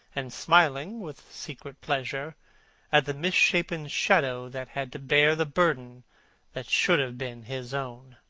and smiling with secret pleasure at the misshapen shadow that had to bear the burden that should have been his own.